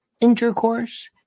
intercourse